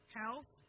health